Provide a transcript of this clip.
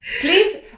please